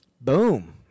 Boom